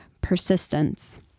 persistence